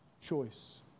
choice